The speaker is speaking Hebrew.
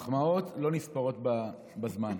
מחמאות לא נספרות בזמן,